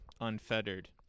unfettered